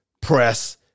press